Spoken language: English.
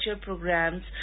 programs